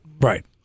Right